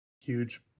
huge